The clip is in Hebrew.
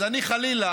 אז חלילה,